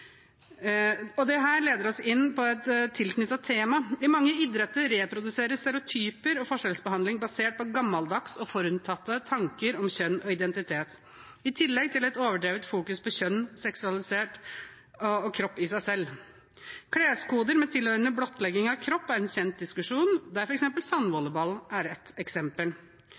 leder oss inn på et tilknyttet tema. I mange idretter reproduseres stereotyper og forskjellsbehandling basert på gammeldagse og forutinntatte tanker om kjønn og identitet, i tillegg til et overdrevent fokus på kjønn, seksualitet og kropp i seg selv. Kleskoder med tilhørende blottlegging av kropp er en kjent diskusjon, der f.eks. sandvolleyball er ett eksempel.